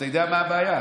אתה יודע מה הבעיה?